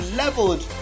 leveled